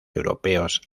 europeos